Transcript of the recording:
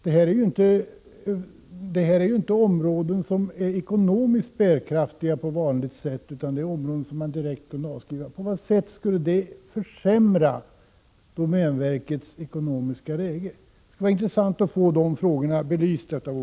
Det här är ju inte sådant som är ekonomiskt bärkraftigt på vanligt sätt, utan det gäller